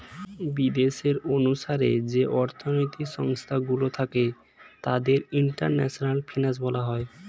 বিদেশের অনুসারে যে অর্থনৈতিক সংস্থা গুলো থাকে তাদের ইন্টারন্যাশনাল ফিনান্স বলা হয়